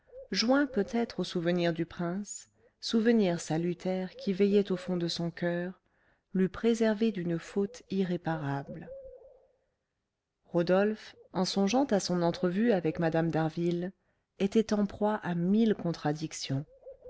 joint peut-être au souvenir du prince souvenir salutaire qui veillait au fond de son coeur l'eût préservée d'une faute irréparable rodolphe en songeant à son entrevue avec mme d'harville était en proie à mille contradictions